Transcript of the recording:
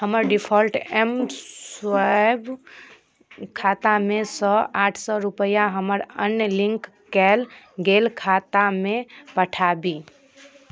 हमर default M swipe खाता मे सँ आठ सए रुपैआ हमर अन्य लिन्क कएल गेल खाता मे पठाबी